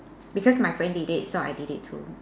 because my friend did it so I did it too